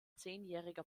zehnjähriger